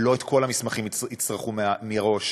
ולא את כל המסמכים יצטרכו מראש.